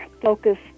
focus